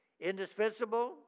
indispensable